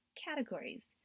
categories